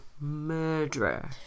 murderer